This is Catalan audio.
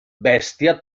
bèstia